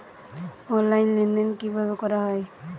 Online লেনদেন কিভাবে করা হয়?